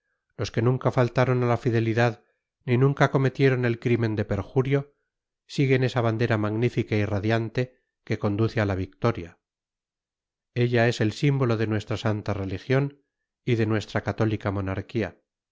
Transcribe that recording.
los que nunca faltaron a la fidelidad ni nunca cometieron el crimen de perjurio siguen esa bandera magnífica y radiante que conduce a la victoria ella es el símbolo de nuestra santa religión y de nuestra católica monarquía